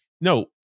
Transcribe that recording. No